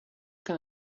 can